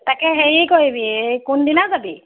তাকে হেৰি কৰিবি এই কোন দিনা যাবি